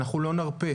אנחנו לא נרפה.